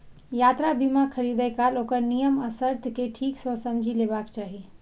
यात्रा बीमा खरीदै काल ओकर नियम आ शर्त कें ठीक सं समझि लेबाक चाही